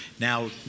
Now